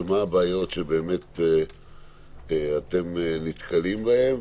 ומה הבעיות שאתם נתקלים בהן?